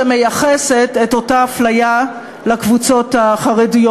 שמייחסת את אותה אפליה לקבוצות החרדיות.